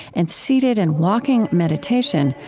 and seated and walking meditation,